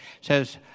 says